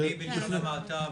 בהקשר למעקב,